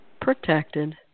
protected